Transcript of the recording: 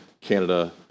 Canada